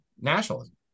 nationalism